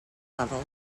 level